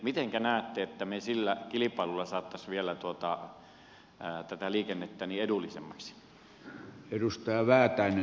mitenkä näette että me sillä kilpailulla saisimme vielä tätä liikennettä edullisemmaksi